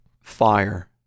Fire